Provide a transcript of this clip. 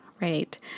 right